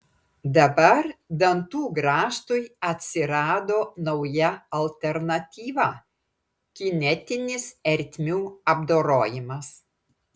dabar dantų grąžtui atsirado nauja alternatyva kinetinis ertmių apdorojimas